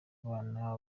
abana